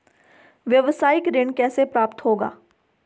व्यावसायिक ऋण कैसे प्राप्त होगा?